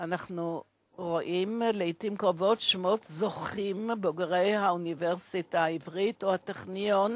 רואים לעתים קרובות שמות זוכים בוגרי האוניברסיטה העברית או הטכניון,